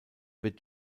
wird